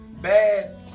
bad